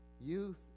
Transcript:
youth